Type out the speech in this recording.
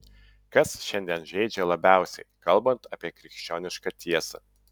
kas šiandien žeidžia labiausiai kalbant apie krikščionišką tiesą